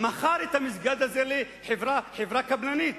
מכר את המסגד הזה לחברה קבלנית,